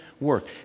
work